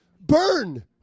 burn